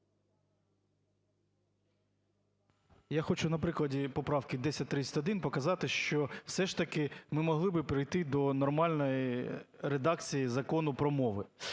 Я хочу на прикладі поправки 1031 показати, що все ж таки ми могли б прийти до нормальної редакції Закону про мови.